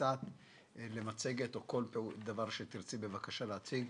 למצגת או לכל דבר שתרצי להציג.